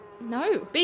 No